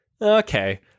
okay